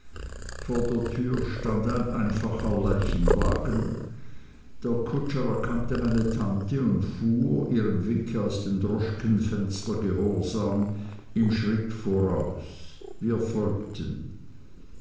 vor der tür stand ein einfacher leichenwagen der kutscher erkannte meine tante und fuhr ihrem winke aus dem droschkenfenster gehorsam im schritt voraus wir folgten